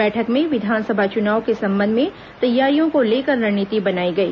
बैठक में विधानसभा चुनाव के संबंध में तैयारियों को लेकर रणनीति बनाई गई